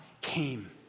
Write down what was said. came